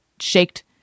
shaked